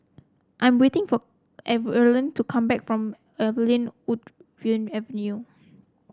I'm waiting for Erline to come back from Laurel Wood Avenue